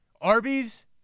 Arby's